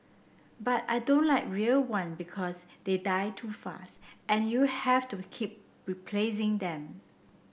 but I don't like real one because they die too fast and you have to keep replacing them